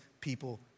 people